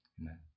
amen